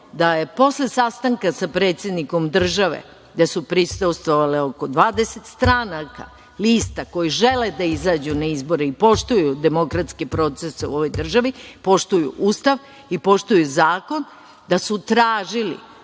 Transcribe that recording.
da je posle sastanka sa predsednikom države, gde su prisustvovale oko 20 stranaka, lista koje žele da izađu na izbore i poštuju demokratske procese u ovoj državi, poštuju Ustav i poštuju zakon, da su tražili